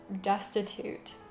destitute